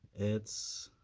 it's